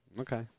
Okay